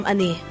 Ani